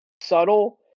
subtle